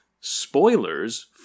spoilers